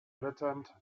blätternd